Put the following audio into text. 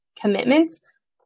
commitments